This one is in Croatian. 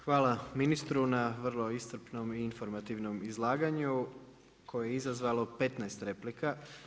Hvala ministru na vrlo iscrpnom i informativnom izlaganju koje je izazvalo 15 replika.